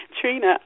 Trina